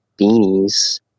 beanies